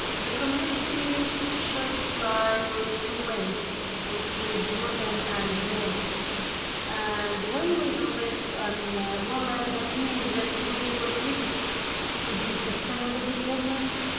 the communities should fly with wings which is women and men and when we invest on women that means that we will reach to the sustainable development.